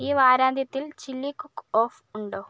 ഈ വാരാന്ത്യത്തിൽ chilli cook off ഉണ്ടോ